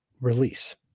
release